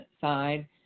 side